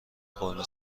قرمه